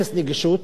אפס נגישות,